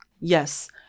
Yes